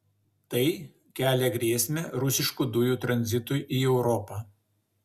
tai kelia grėsmę rusiškų dujų tranzitui į europą